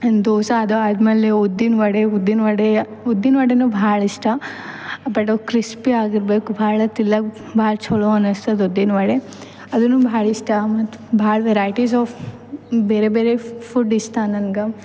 and dosa ಅದು ಆದಮೇಲೆ ಉದ್ದಿನ ವಡೆ ಉದ್ದಿನ ವಡೆ ಉದ್ದಿನ ವಡೆನು ಭಾಳ ಇಷ್ಟ ಬಟ್ ಕ್ರಿಸ್ಪಿ ಆಗಿರಬೇಕು ಭಾಳ ತಿನ್ಲಾಕ್ ಭಾಳ್ ಚಲೋ ಅನಿಸ್ತದ್ ಉದ್ದಿನ ವಡೆ ಅದು ಭಾಳ ಇಷ್ಟ ಮತ್ತು ಭಾಳ ವೆರೈಟಿಸ್ ಆಫ್ ಬೇರೆ ಬೇರೆ ಫುಡ್ ಇಷ್ಟ ನಂಗೆ